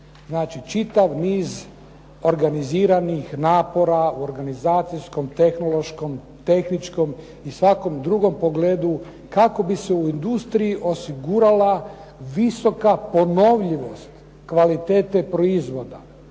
čitav niz organiziranih napora u organizacijskom, tehnološkom, tehničkom i svakom drugom pogledu kako bi se u industriji osigurala visoka ponovljivost kvalitete proizvoda.